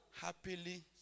happily